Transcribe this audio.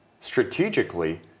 strategically